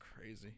crazy